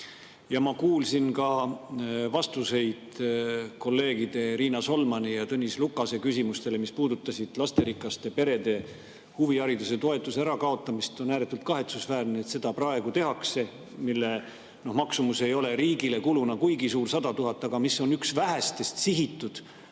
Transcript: Ma kuulsin ka vastuseid kolleegide Riina Solmani ja Tõnis Lukase küsimustele, mis puudutasid lasterikaste perede huvihariduse toetuse ärakaotamist. On ääretult kahetsusväärne, et seda praegu tehakse. Selle maksumus ei ole riigile kuluna kuigi suur – 100 000 [eurot]. See on üks vähestest sihitud